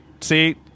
See